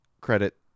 credit